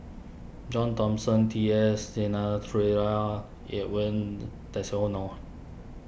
John Thomson T S Edwin